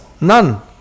none